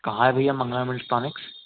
कहाँ है भैया मंगलम इलेक्ट्रॉनिक्स